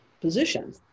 position